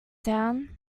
down